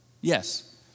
Yes